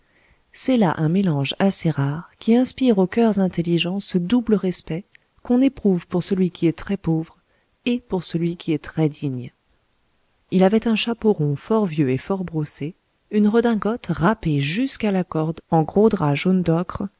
c'est là un mélange assez rare qui inspire aux coeurs intelligents ce double respect qu'on éprouve pour celui qui est très pauvre et pour celui qui est très digne il avait un chapeau rond fort vieux et fort brossé une redingote râpée jusqu'à la corde en gros drap jaune d'ocre